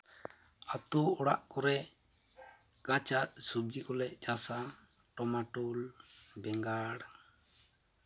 ᱟᱹᱛᱩ ᱚᱲᱟᱜ ᱠᱚᱨᱮᱫ ᱠᱟᱸᱪᱟ ᱥᱚᱵᱽᱡᱤ ᱠᱚᱞᱮ ᱪᱟᱥᱟ ᱴᱚᱢᱟᱴᱳᱞ ᱵᱮᱸᱜᱟᱲ